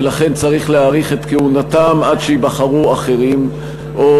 ולכן צריך להאריך את כהונתם עד שייבחרו אחרים או